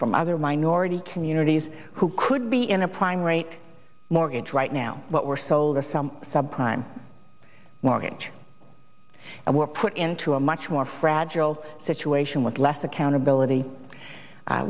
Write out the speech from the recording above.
from other minority communities who could be in a prime rate mortgage right now what were sold or some subprime mortgage and were put into a much more fragile situation with less accountability